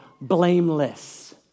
blameless